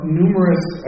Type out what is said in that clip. numerous